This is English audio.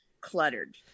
cluttered